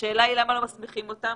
השאלה היא למה לא מסמיכים אותם,